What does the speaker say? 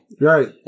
Right